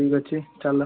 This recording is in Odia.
ହଉ ଠିକ୍ ଅଛି ଚାଲ